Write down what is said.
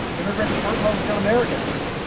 immigrants hurt well-skilled americans.